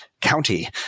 County